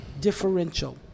differential